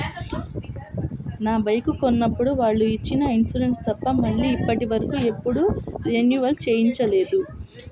నా బైకు కొన్నప్పుడు వాళ్ళు ఇచ్చిన ఇన్సూరెన్సు తప్ప మళ్ళీ ఇప్పటివరకు ఎప్పుడూ రెన్యువల్ చేయలేదు